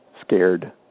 scared